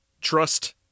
trust